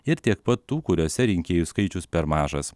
ir tiek pat tų kuriose rinkėjų skaičius per mažas